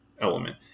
element